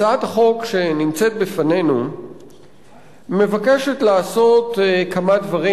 הצעת החוק שנמצאת בפנינו מבקשת לעשות כמה דברים,